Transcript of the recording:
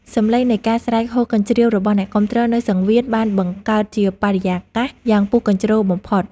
សំឡេងនៃការស្រែកហ៊ោកញ្ជ្រៀវរបស់អ្នកគាំទ្រនៅសង្វៀនបានបង្កើតជាបរិយាកាសយ៉ាងពុះកញ្ជ្រោលបំផុត។